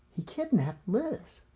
he kidnapped liz.